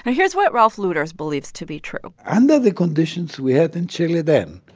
ah here's what rolf luders believes to be true under the conditions we had in chile then,